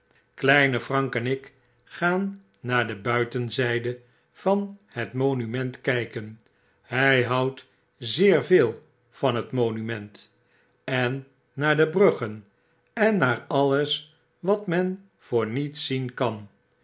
kleine prank en ik gaan naar de buitenzyde van het monument kyken hy houdt zeer veel van het monument en naar de bruggen en naar alles wat men voor niets zien kan